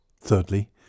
Thirdly